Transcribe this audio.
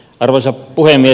arvoisa puhemies